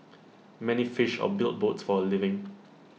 many fished or built boats for A living